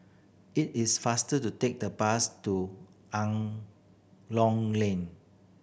it is faster to take the bus to Lane